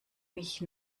mich